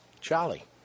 Charlie